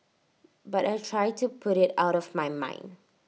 but I try to put IT out of my mind